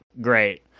great